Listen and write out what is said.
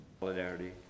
Solidarity